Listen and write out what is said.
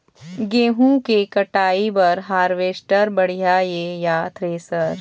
गेहूं के कटाई बर हारवेस्टर बढ़िया ये या थ्रेसर?